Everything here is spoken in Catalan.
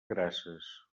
grasses